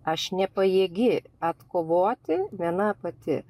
aš nepajėgi atkovoti viena pati